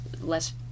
less